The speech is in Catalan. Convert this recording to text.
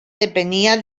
depenia